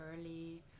early